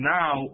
now